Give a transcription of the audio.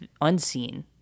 unseen